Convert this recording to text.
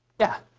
yeah,